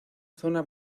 zona